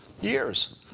Years